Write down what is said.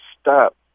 stop